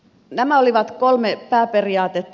nämä olivat kolme pääperiaatetta